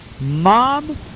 mom